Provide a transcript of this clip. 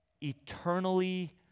eternally